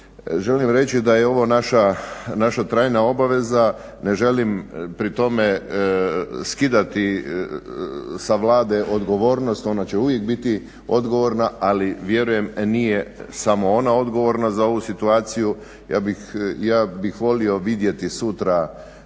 želim reći da je ovo naša trajna obaveza, ne želim pri tome skidati sa Vlade odgovornost, ona će uvijek biti odgovorna ali vjerujem nije samo ona odgovorna za ovu situaciju. Ja bih volio vidjeti sutra